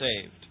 saved